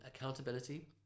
accountability